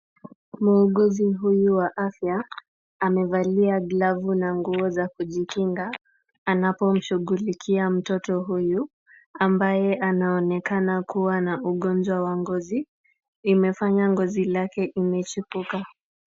Muuguzi huyu wa afya, amevalia glavu na nguo za kujikinga anapomshugulikia mtoto huyu, ambaye anaonekana kuwa na ugonjwa wa ngozi. Imefanya ngozi lake imechipuka.